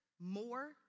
more